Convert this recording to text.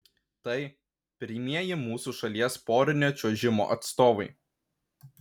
tai pirmieji mūsų šalies porinio čiuožimo atstovai